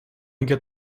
get